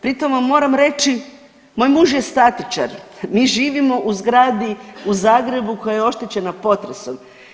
Pri tom vam moram reći moj muž je statičar, mi živimo u zgradi u Zagrebu koja je oštećena potresom.